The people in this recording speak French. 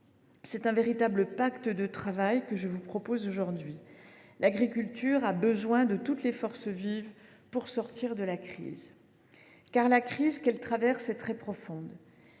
C’est un véritable pacte de travail que je vous propose aujourd’hui : l’agriculture a besoin de toutes les forces vives pour sortir de la crise. Car la crise qu’elle traverse est très profonde.